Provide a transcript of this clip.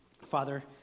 Father